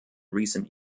recent